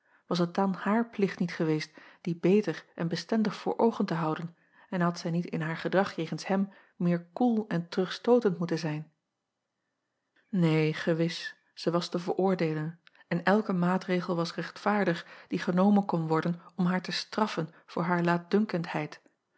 was het dan haar plicht niet geweest dien beter en bestendig voor oogen te houden en had zij niet in haar gedrag jegens hem meer koel en terugstootend moeten zijn een gewis zij was te veroordeelen en elke maatregel was rechtvaardig die genomen kon worden om haar te straffen voor haar